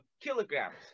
kilograms